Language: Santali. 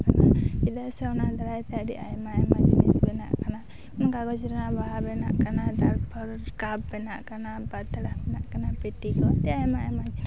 ᱪᱮᱫᱟᱜ ᱥᱮ ᱚᱱᱟ ᱫᱟᱨᱟᱭᱛᱮ ᱟᱹᱰᱤ ᱟᱭᱢᱟ ᱟᱭᱢᱟ ᱡᱤᱱᱤᱥ ᱵᱮᱱᱟᱜ ᱠᱟᱱᱟ ᱠᱟᱜᱚᱡ ᱨᱮᱱᱟᱜ ᱵᱟᱦᱟ ᱵᱮᱱᱟᱜ ᱠᱟᱱᱟ ᱛᱟᱨᱯᱚᱨ ᱠᱟᱯ ᱵᱮᱱᱟᱜ ᱠᱟᱱᱟ ᱯᱟᱛᱲᱟ ᱵᱮᱱᱟᱜ ᱠᱟᱱᱟ ᱯᱮᱴᱤ ᱠᱚ ᱮᱢᱟᱱ ᱮᱢᱟᱱ